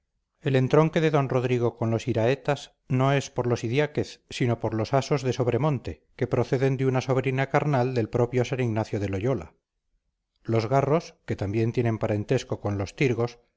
el entronque de d rodrigo con los iraetas no es por los idiáquez sino por los asos de sobremonte que proceden de una sobrina carnal del propio san ignacio de loyola los garros que también tienen parentesco con los tirgos